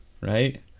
right